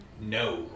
No